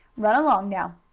run along now.